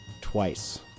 twice